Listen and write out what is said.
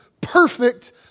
perfect